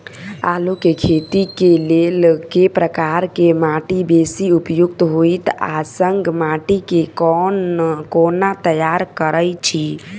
आलु केँ खेती केँ लेल केँ प्रकार केँ माटि बेसी उपयुक्त होइत आ संगे माटि केँ कोना तैयार करऽ छी?